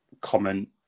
comment